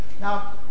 Now